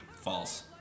False